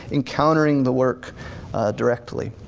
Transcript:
encountering the work directly.